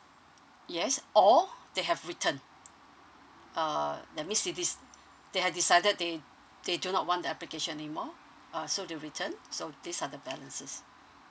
yes or they have returned uh that means you dec~ they had decided they they do not want the application anymore uh so they returned so these are the balances